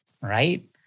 right